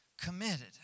committed